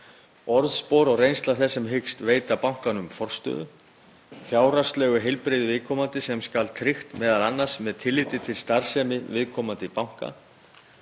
orðspor og reynsla þess sem hyggst veita bankanum forstöðu, fjárhagslegt heilbrigði viðkomandi sem skal tryggt, m.a. með tilliti til starfsemi viðkomandi banka,